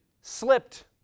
slipped